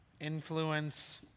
Influence